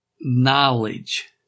knowledge